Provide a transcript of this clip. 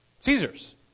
Caesar's